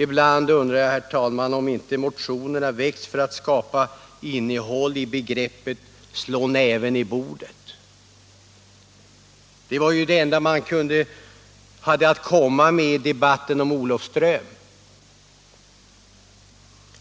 Ibland undrar jag, herr talman, om inte motioner väcks för att skapa innehåll i begreppet ”slå näven i bordet”. Det var ju det enda man hade att komma med i debatten om Olofström.